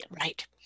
right